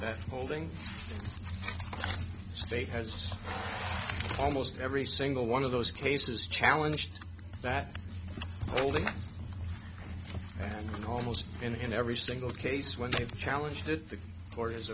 that holding state has almost every single one of those cases challenge that holding and almost in every single case when they challenged it the orders